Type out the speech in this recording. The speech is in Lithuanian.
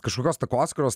kažkokios takoskyros